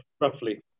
roughly